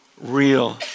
real